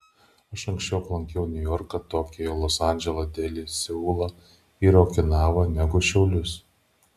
aš anksčiau aplankiau niujorką tokiją los andželą delį seulą ir okinavą negu šiaulius